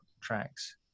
tracks